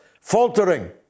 faltering